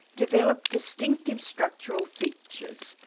developed distinctive structural features,